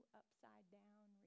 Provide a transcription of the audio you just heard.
upside-down